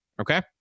Okay